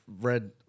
read